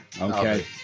Okay